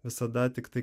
visada tiktai